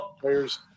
players